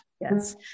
Yes